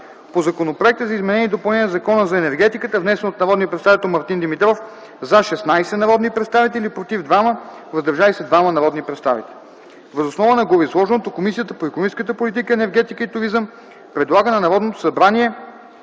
по Законопроекта за изменение и допълнение на Закона за енергетиката, внесен от народния представител Мартин Димитров: “за” – 16 народни представители, “против” – 2 и “въздържали се” – 2 народни представители. Въз основа на гореизложеното Комисията по икономическата политика, енергетика и туризъм предлага на Народното събрание